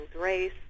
race